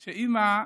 אימא,